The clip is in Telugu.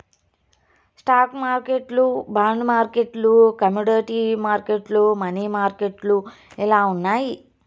స్టాక్ మార్కెట్లు బాండ్ మార్కెట్లు కమోడీటీ మార్కెట్లు, మనీ మార్కెట్లు ఇలా ఉన్నాయి